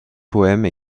poèmes